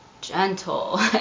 gentle